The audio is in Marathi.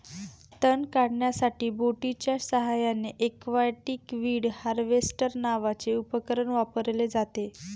तण काढण्यासाठी बोटीच्या साहाय्याने एक्वाटिक वीड हार्वेस्टर नावाचे उपकरण वापरले जाते